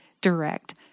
direct